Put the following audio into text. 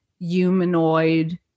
humanoid